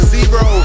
Zero